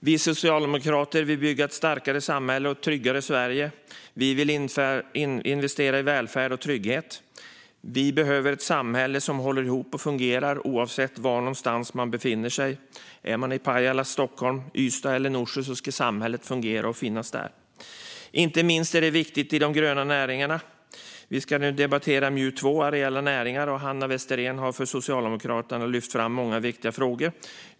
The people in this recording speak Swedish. Vi socialdemokrater vill bygga ett starkare samhälle och ett tryggare Sverige. Vi vill investera i välfärd och trygghet. Vi behöver ett samhälle som håller ihop och fungerar, oavsett var man befinner sig. Oavsett om man är i Pajala, Stockholm, Ystad eller Norsjö ska samhället fungera och finnas där. Inte minst är detta viktigt i de gröna näringarna. Vi debatterar nu MJU2 om areella näringar. Hanna Westerén från Socialdemokraterna har lyft fram många viktiga frågor.